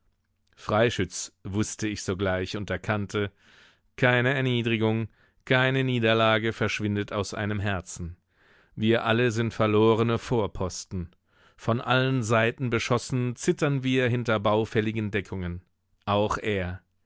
freischütz wußte ich sogleich und erkannte keine erniedrigung keine niederlage verschwindet aus einem herzen wir alle sind verlorene vorposten von allen seiten beschossen zittern wir hinter baufälligen deckungen auch er